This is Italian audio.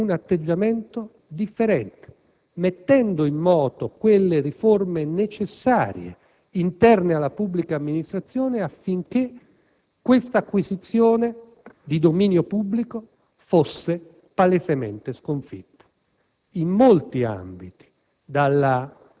smentire attraverso un atteggiamento differente, mettendo in moto le riforme interne alla pubblica amministrazione, necessarie affinché questa acquisizione di dominio pubblico fosse palesemente sconfitta.